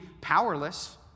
powerless